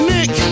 Nick